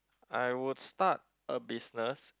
I would start a business